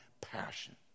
passion